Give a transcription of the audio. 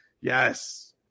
Yes